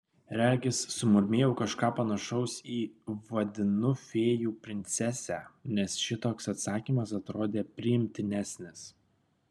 regis sumurmėjau kažką panašaus į vaidinu fėjų princesę nes šitoks atsakymas atrodė priimtinesnis